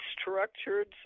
structured